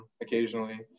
occasionally